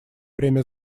время